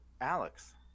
Alex